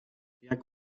jak